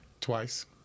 twice